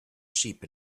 sheep